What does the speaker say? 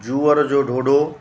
जूअर जो ढोढो